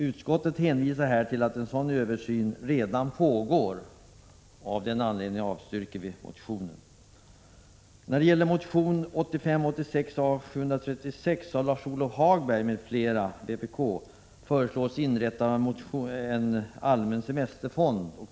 Utskottet hänvisar till att en sådan översyn redan pågår, och av den anledningen avstyrker vi motionen.